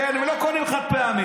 הם לא קונים חד-פעמי.